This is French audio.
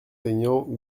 aignan